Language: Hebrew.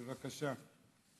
בבקשה.